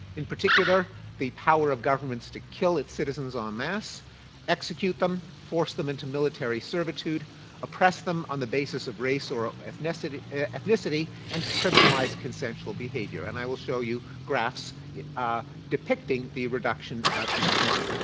in particular the power of governments to kill its citizens en um masse execute them, force them into military servitude oppress them on the basis of race or ethnicity ethnicity and criminalize consensual behavior and i will show you graphs yeah ah depicting the reduction of each one.